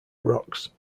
rocks